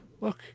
look